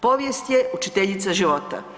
Povijest je učiteljica života.